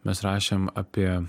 mes rašėm apie